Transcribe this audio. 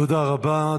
תודה רבה.